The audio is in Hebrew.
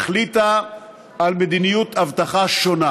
החליטה על מדיניות אבטחה שונה.